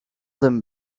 them